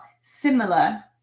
similar